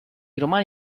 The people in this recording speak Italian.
romani